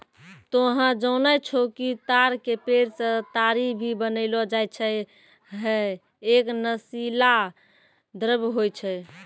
तोहं जानै छौ कि ताड़ के पेड़ सॅ ताड़ी भी बनैलो जाय छै, है एक नशीला द्रव्य होय छै